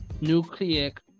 nucleic